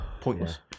pointless